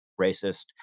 racist